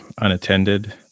unattended